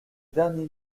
dernier